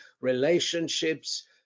relationships